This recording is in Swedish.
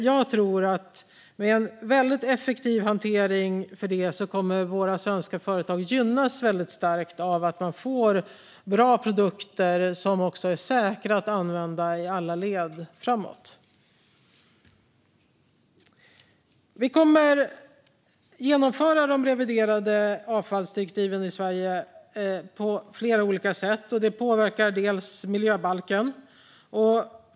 Jag tror att med en väldigt effektiv hantering för detta kommer våra svenska företag att gynnas väldigt starkt av att man får bra produkter som också är säkra att använda i alla led framåt. Vi kommer att genomföra de reviderade avfallsdirektiven i Sverige på flera olika sätt. Det påverkar bland annat miljöbalken.